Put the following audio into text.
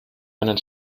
einen